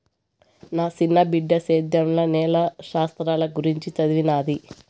నా సిన్న బిడ్డ సేద్యంల నేల శాస్త్రంల గురించి చదవతన్నాది